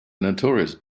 notorious